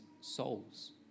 souls